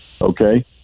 okay